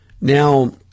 now